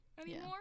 anymore